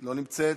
אינה נמצאת.